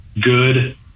good